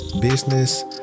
business